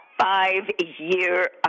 five-year